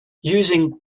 using